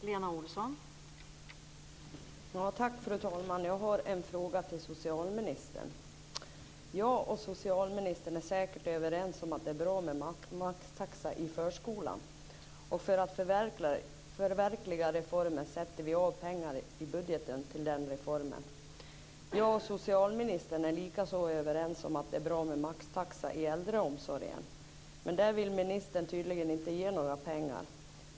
Fru talman! Jag har en fråga till socialministern. Jag och socialministern är säkert överens om att det är bra med maxtaxa i förskolan, och för att förverkliga reformen sätter vi av pengar i budgeten till den. Jag och socialministern är likaså överens om att det är bra med maxtaxa i äldreomsorgen, men där vill ministern tydligen inte ge några pengar.